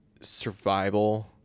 survival